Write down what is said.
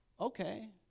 okay